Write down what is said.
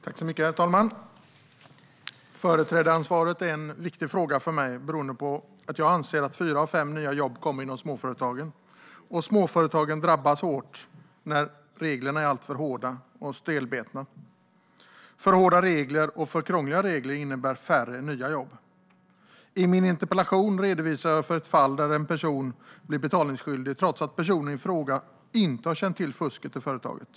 Herr talman! Företrädaransvaret är en viktig fråga för mig, eftersom jag anser att fyra av fem nya jobb kommer till inom småföretagen. Dessa drabbas hårt när reglerna är alltför hårda och stelbenta. För hårda och krångliga regler innebär färre nya jobb. I min interpellation redogör jag för ett fall där en person blir betalningsskyldig, trots att personen i fråga inte har känt till fusket i företaget.